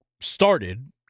started